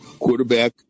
quarterback